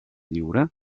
lliure